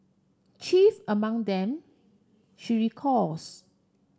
chief among them she recalls